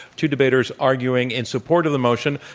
two debaters arguing in support of the motion,